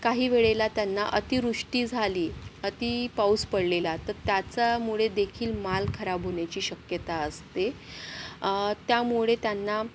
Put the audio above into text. काही वेळेला त्यांना अतिवृष्टी झाली अति पाऊस पडलेला तर त्याच्यामुळेदेखील माल खराब होण्याची शक्यता असते त्यामुळे त्यांना